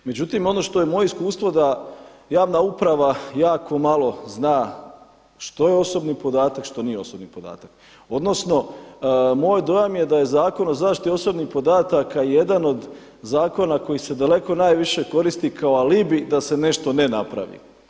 Međutim, ono što je moje iskustvo da javna uprava jako malo zna što je osobni podatak, što nije osobni podatak, odnosno moj dojam je da je Zakon o zaštiti osobnih podataka jedan od zakona koji se daleko najviše koristi kao alibi da se nešto ne napravi.